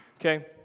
okay